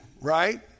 right